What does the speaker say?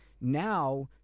now